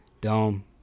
Dome